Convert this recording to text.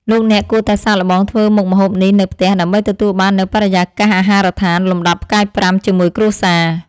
លោកអ្នកគួរតែសាកល្បងធ្វើមុខម្ហូបនេះនៅផ្ទះដើម្បីទទួលបាននូវបរិយាកាសអាហារដ្ឋានលំដាប់ផ្កាយប្រាំជាមួយគ្រួសារ។